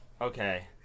okay